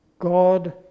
God